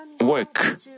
work